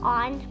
on